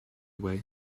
way